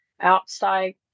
Outside